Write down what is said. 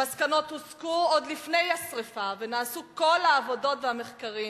המסקנות הוסקו עוד לפני השרפה ונעשו כל העבודות והמחקרים,